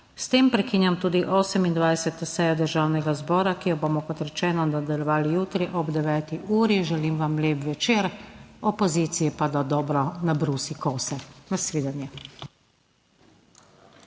S tem prekinjam tudi 28. sejo Državnega zbora, ki jo bomo, kot rečeno, nadaljevali jutri ob 9. uri. Želim vam lep večer, opoziciji pa, da dobro nabrusi kose. Nasvidenje.